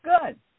Good